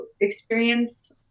experience